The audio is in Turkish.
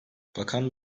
bakan